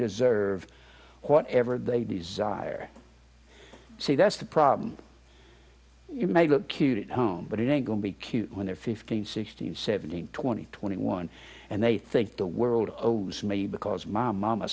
deserve whatever they desire see that's the problem it may look cute it home but it ain't going to be cute when they're fifteen sixteen seventeen twenty twenty one and they think the world owes me because my momma